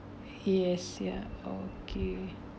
yes ya okay